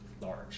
Large